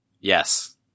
Yes